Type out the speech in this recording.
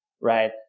right